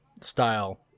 style